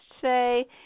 say